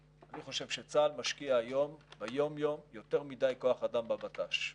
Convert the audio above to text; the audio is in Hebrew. אני חושב שצה"ל משקיע ביום-יום יותר מדי כוח אדם בבט"ש.